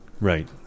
right